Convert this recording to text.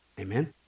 amen